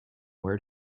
where